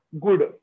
Good